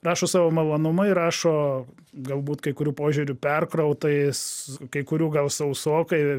rašo savo malonumui rašo galbūt kai kurių požiūriu perkrautais kai kurių gal sausokai